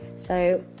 so,